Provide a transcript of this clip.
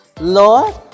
Lord